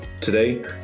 Today